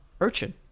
Urchin